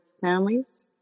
families